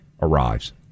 arrives